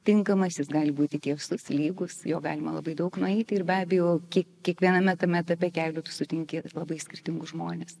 tinkamas jis gali būti tiesus lygus jo galima labai daug nueiti ir be abejo kiek kiekviename tame etape kelio sutinki labai skirtingus žmones